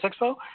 Expo